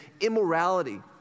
immorality